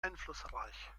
einflussreich